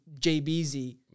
JBZ